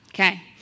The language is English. Okay